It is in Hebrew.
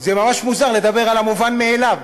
זה ממש מוזר לדבר על המובן מאליו.